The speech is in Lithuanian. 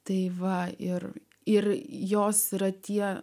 tai va ir ir jos yra tie